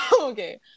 okay